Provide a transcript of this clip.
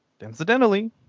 incidentally